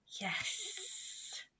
Yes